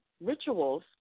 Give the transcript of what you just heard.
rituals